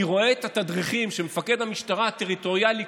אני רואה את התדריכים שמפקד המשטרה הטריטוריאלי